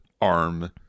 arm